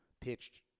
pitched